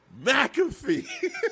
McAfee